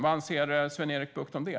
Vad anser Sven-Erik Bucht om det?